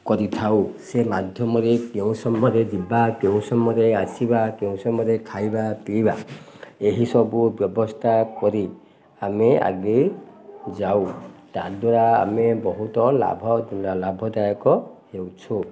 କରିଥାଉ ସେ ମାଧ୍ୟମରେ କେଉଁ ସମୟରେ ଯିବା କେଉଁ ସମୟରେ ଆସିବା କେଉଁ ସମୟରେ ଖାଇବା ପିଇବା ଏହିସବୁ ବ୍ୟବସ୍ଥା କରି ଆମେ ଆଗେଇ ଯାଉ ତାଦ୍ୱାରା ଆମେ ବହୁତ ଲାଭ ଲାଭଦାୟକ ହେଉଛୁ